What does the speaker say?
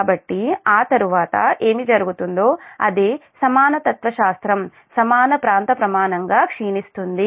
కాబట్టి ఆ తరువాత ఏమి జరుగుతుందో అదే సమాన తత్వశాస్త్రం సమాన ప్రాంత ప్రమాణంగా క్షీణిస్తుంది